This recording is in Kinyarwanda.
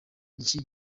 iki